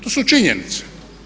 To su činjenice.